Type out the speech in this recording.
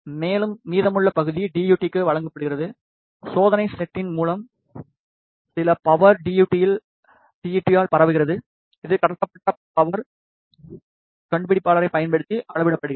மேலும் மீதமுள்ள பகுதி டி யு டி க்கு வழங்கப்படுகிறது சோதனை செட்டின் மூலம் சில பவர் டி யு டி ஆல் பரவுகிறது இது கடத்தப்பட்ட பவர் கண்டுபிடிப்பாளரைப் பயன்படுத்தி அளவிடப்படுகிறது